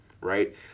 right